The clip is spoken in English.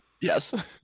Yes